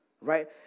Right